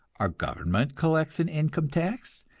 our government collects an income tax,